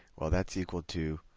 well, that's equal to